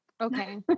Okay